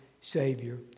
Savior